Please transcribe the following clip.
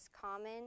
common